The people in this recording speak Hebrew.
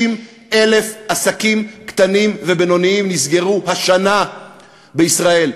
60,000 עסקים קטנים ובינוניים נסגרו השנה בישראל.